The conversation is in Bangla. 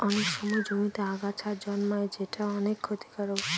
অনেক সময় জমিতে আগাছা জন্মায় যেটা অনেক ক্ষতির